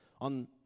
on